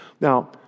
Now